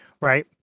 right